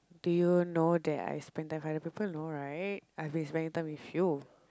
do you know that I spend time with other people no right I've been spending time with you